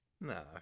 No